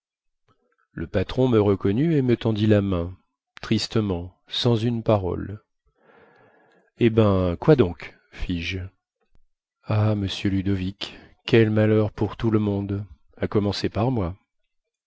le patron me reconnut et me tendit la main tristement sans une parole eh ben quoi donc fis-je ah monsieur ludovic quel malheur pour tout le monde à commencer par moi